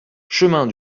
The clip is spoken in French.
chemin